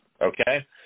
okay